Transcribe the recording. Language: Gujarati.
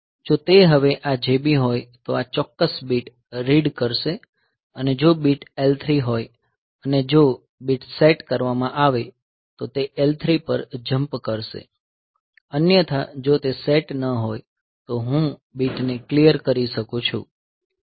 જો તે હવે આ JB હોય તો આ ચોક્કસ બીટ રીડ કરશે અને જો બીટ L3 હોય અને જો બીટ સેટ કરવામાં આવે તો તે L3 પર જંપ કરશે અન્યથા જો તે સેટ ન હોય તો હું બીટને ક્લીયર કરી શકું છું